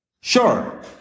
sure